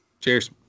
Cheers